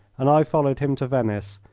and i followed him to venice,